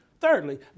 Thirdly